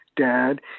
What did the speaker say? dad